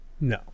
no